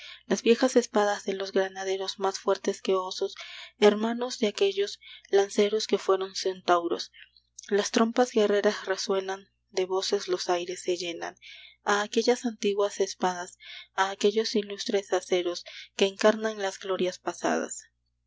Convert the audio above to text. las viejas espadas de los granaderos más fuertes que osos hermanos de aquellos lanceros que fueron centauros las trompas guerreras resuenan de voces los aires se llenan a aquellas antiguas espadas a aquellos ilustres aceros que encarnan las glorias pasadas